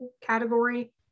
category